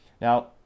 Now